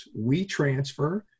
WeTransfer